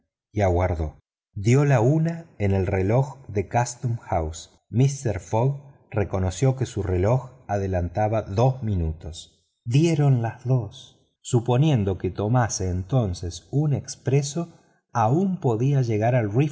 y aguardó dio la una en el reloj de la aduana mister fogg reconoció que su reloj adelantaba dos minutos dieron las dos suponiendo que tomase entonces un expreso aun podía llegar al